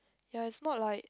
ya it's not like